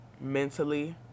mentally